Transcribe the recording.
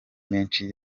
menshi